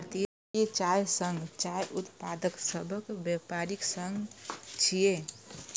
भारतीय चाय संघ चाय उत्पादक सभक व्यापारिक संघ छियै